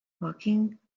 walking